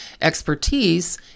expertise